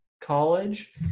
college